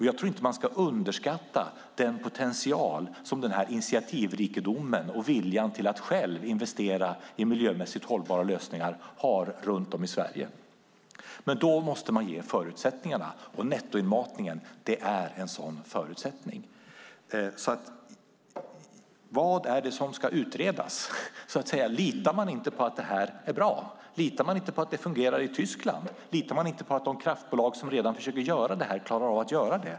Jag tror inte att vi ska underskatta den potential som denna initiativrikedom och vilja att själv investera i miljömässigt hållbara lösningar har runt om i Sverige. Då måste man dock ge förutsättningarna, och nettoinmatningen är en sådan. Så vad är det som ska utredas? Litar man inte på att detta är bra? Litar man inte på att det fungerar i Tyskland? Litar man inte på att de kraftbolag som redan försöker göra detta klarar av att göra det?